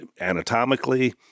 anatomically